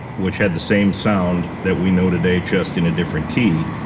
which had the same sound that we know today, just in a different key.